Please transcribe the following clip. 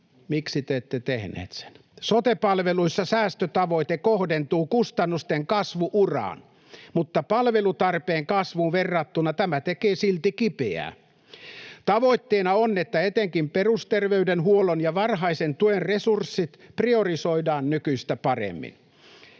Miksi te ette tehneet sitä? — Sote-palveluissa säästötavoite kohdentuu kustannusten kasvu-uraan, mutta palvelutarpeen kasvuun verrattuna tämä tekee silti kipeää. Tavoitteena on, että etenkin perusterveydenhuollon ja varhaisen tuen resurssit priorisoidaan nykyistä paremmin.